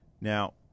Now